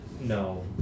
no